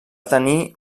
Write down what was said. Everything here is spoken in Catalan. tenir